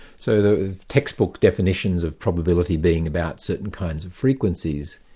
so the textbook definitions of probability being about certain kinds of frequencies,